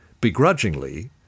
begrudgingly